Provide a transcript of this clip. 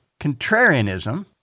contrarianism